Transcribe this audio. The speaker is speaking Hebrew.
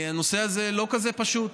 הנושא הזה לא כזה פשוט.